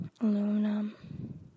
Aluminum